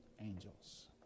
angels